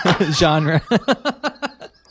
genre